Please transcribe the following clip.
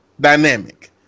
dynamic